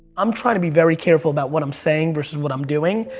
i'm trying to be very careful about what i'm saying versus what i'm doing.